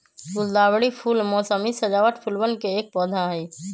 गुलदावरी फूल मोसमी सजावट फूलवन के एक पौधा हई